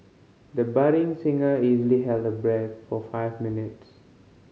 the budding singer easily held her breath for five minutes